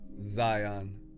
Zion